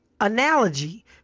analogy